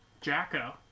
Jacko